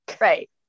Right